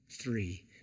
three